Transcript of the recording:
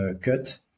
cut